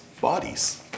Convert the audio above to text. bodies